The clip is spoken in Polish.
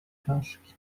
czaszki